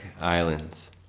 Islands